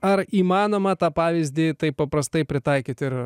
ar įmanoma tą pavyzdį taip paprastai pritaikyt ir